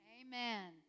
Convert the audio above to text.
Amen